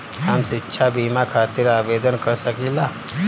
हम शिक्षा बीमा खातिर आवेदन कर सकिला?